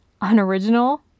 Unoriginal